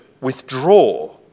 withdraw